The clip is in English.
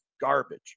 garbage